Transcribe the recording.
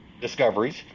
discoveries